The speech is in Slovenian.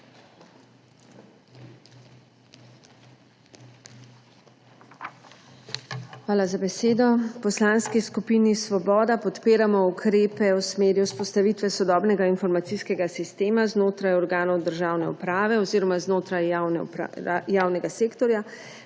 Hvala za besedo. V Poslanski skupini Svoboda podpiramo ukrepe v smeri vzpostavitve sodobnega informacijskega sistema znotraj organov državne uprave oziroma znotraj javnega sektorja.